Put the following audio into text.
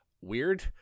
weird